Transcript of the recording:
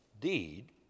deed